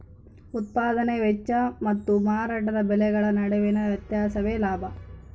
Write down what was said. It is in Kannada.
ಉತ್ಪದಾನೆ ವೆಚ್ಚ ಮತ್ತು ಮಾರಾಟದ ಬೆಲೆಗಳ ನಡುವಿನ ವ್ಯತ್ಯಾಸವೇ ಲಾಭ